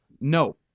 No